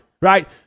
right